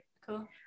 Cool